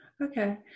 Okay